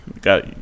got